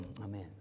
Amen